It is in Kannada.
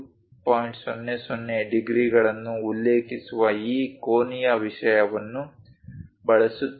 00 ಡಿಗ್ರಿಗಳನ್ನು ಉಲ್ಲೇಖಿಸುವ ಈ ಕೋನೀಯ ವಿಷಯವನ್ನು ಬಳಸುತ್ತಿದ್ದೇವೆ